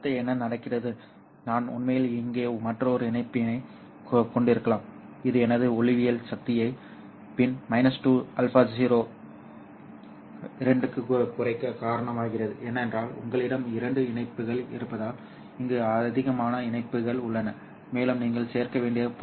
இப்போது அடுத்து என்ன நடக்கிறது நான் உண்மையில் இங்கே மற்றொரு இணைப்பியைக் கொண்டிருக்கலாம் இது எனது ஒளியியல் சக்தியை பின் 2αco 2 க்கு குறைக்க காரணமாகிறது ஏனென்றால் உங்களிடம் இரண்டு இணைப்பிகள் இருப்பதால் இங்கு அதிகமான இணைப்பிகள் உள்ளன மேலும் நீங்கள் சேர்க்க வேண்டிய புள்ளிகள் αfL